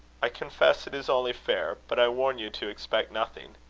i confess it is only fair but i warn you to expect nothing.